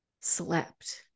slept